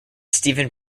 stephen